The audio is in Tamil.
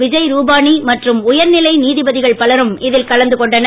விஜய் ரூபானி மற்றும் உயர்நிலை நீதிபதிகள் பலரும் இதில் கலந்து கொண்டனர்